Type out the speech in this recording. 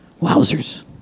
Wowzers